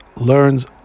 learns